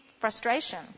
frustration